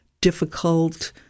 difficult